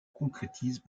concrétise